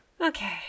okay